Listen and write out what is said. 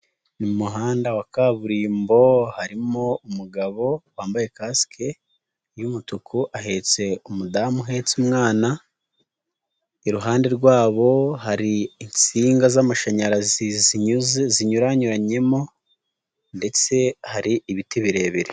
Mu muhanda wa kaburimbo harimo umugabo wambaye kasike y'umutuku ahetse umudamu uhetse umwana, iruhande rwabo hari insinga z'amashanyarazi zinyuyuranyemo ndetse hari ibiti birebire